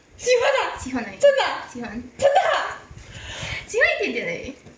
喜欢啊真的啊真的啊